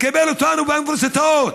מקבל אותנו לאוניברסיטאות,